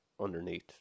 underneath